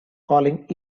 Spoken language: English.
calling